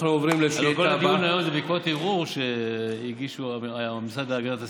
הרי כל הדיון היום זה בעקבות ערעור שהגיש המשרד להגנת הסביבה,